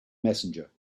messenger